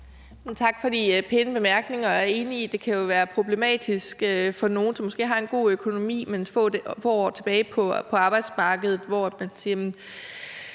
Tak for de pæne bemærkninger. Jeg er enig i, at det kan være problematisk for nogle, som måske har en god økonomi, men få år tilbage på arbejdsmarkedet, hvor man får